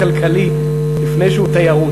לפני שהוא תיירות,